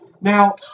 Now